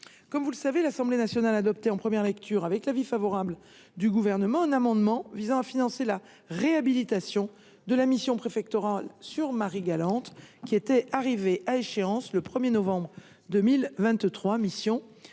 Comme vous le savez, l’Assemblée nationale avait adopté en première lecture, avec l’avis favorable du Gouvernement, un amendement visant à financer le renouvellement de la mission préfectorale pour Marie Galante, arrivée à échéance le 1 novembre 2023. Cette mission permettait